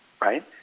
right